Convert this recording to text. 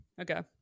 Okay